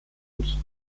und